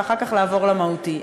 ואחר כך לעבור למהותי.